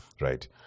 right